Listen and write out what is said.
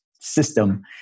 system